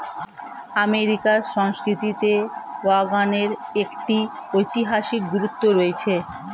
আমেরিকার সংস্কৃতিতে ওয়াগনের একটি ঐতিহাসিক গুরুত্ব রয়েছে